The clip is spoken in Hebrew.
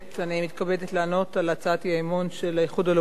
אני מתכבדת לענות על הצעת האי-אמון של האיחוד הלאומי,